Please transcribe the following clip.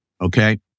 Okay